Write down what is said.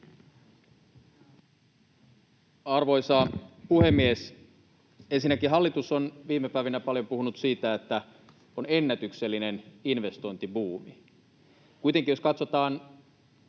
Arvoisa puhemies! Ensinnäkin hallitus on viime päivinä paljon puhunut siitä, että on ennätyksellinen investointibuumi. Kuitenkin, jos katsotaan